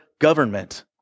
government